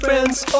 Friends